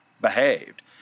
behaved